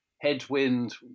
headwind